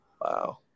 Wow